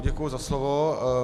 Děkuji za slovo.